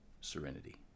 serenity